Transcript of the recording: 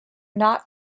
not